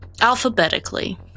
Alphabetically